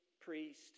priest